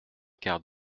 quart